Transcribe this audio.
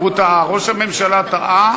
ראש הממשלה טעה,